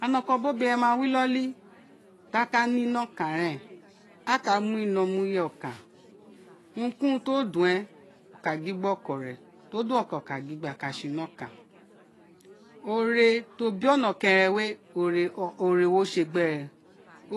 And oko biri ondobiren ma wi inoli di aka ne ino ọkan aka mi ino mu tere gbe oka urun ki urun to don uwo wo ka gin gbe ọkọ ne tio dọn ọkọ wo ka gin gbe rẹ aghan ka sé ino kanyore tiobi ọnọkẹrẹn we oré wo sé gbe re